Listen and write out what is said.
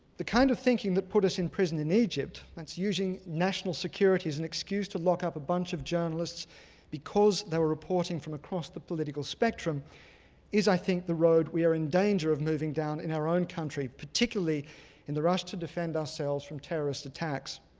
the kind of thinking that put us in prison in egypt, that's using national security as an excuse to lock up a bunch of journalists because they're reporting from across the political spectrum is i think the road we're in danger of moving down in our own country, particularly in the rush to defend ourselves from terrorist attacks.